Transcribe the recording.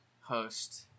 host